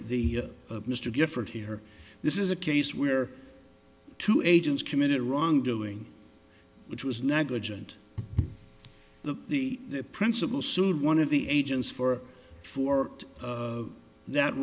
the mr gifford here this is a case where two agents committed a wrongdoing which was negligent the the principal sued one of the agents for for that